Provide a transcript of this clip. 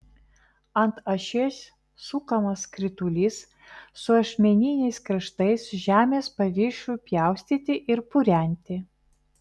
ant ašies sukamas skritulys su ašmeniniais kraštais žemės paviršiui pjaustyti ir purenti